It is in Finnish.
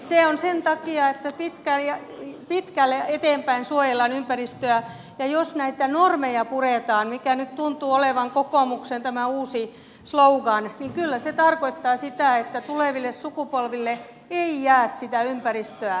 se on sen takia että pitkälle eteenpäin suojellaan ympäristöä ja jos näitä normeja puretaan mikä nyt tuntuu olevan tämä kokoomuksen uusi slogan niin kyllä se tarkoittaa sitä että tuleville sukupolville ei jää sitä ympäristöä